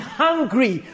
hungry